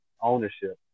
ownership